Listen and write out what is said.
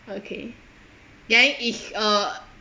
okay then it's uh